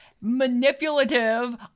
manipulative